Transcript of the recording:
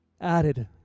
added